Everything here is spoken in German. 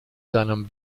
seinem